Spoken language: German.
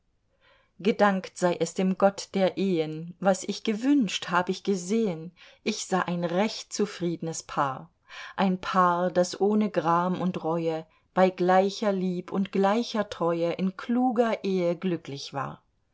gedankt sei es dem gott der ehen was ich gewünscht hab ich gesehen ich sah ein recht zufriednes paar ein paar das ohne gram und reue bei gleicher lieb und gleicher treue in kluger ehe glücklich war